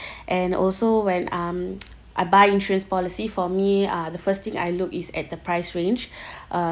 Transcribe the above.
and also when um I buy insurance policy for me uh the first thing I look is at the price range uh